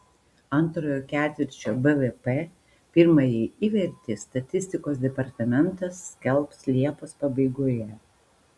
antrojo ketvirčio bvp pirmąjį įvertį statistikos departamentas skelbs liepos pabaigoje